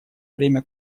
время